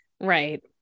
right